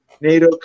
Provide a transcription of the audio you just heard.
NATO